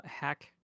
hack